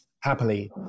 happily